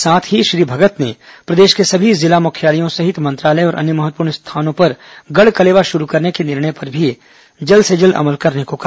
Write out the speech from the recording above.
साथ ही श्री भगत ने प्रदेश के सभी जिला मुख्यालयों सहित मंत्रालय और अन्य महत्वपूर्ण स्थानों पर गढ़कलेवा शुरू करने के निर्णय पर भी जल्द से जल्द अमल करने को कहा